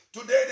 today